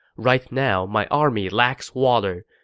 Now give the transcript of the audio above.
right now, my army lacks water.